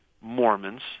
Mormons